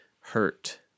hurt